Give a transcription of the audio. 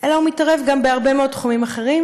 אלא הוא מתערב גם בהרבה מאוד תחומים אחרים,